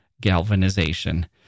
galvanization